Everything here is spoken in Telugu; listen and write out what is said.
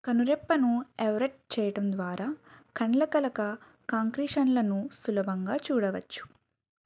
కనురెప్పను ఎవరెట్ చెయ్యడం ద్వారా కండ్లకలక కాంక్రీషన్లను సులభంగా చూడవచ్చు